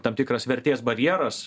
tam tikras vertės barjeras